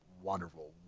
wonderful